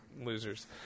losers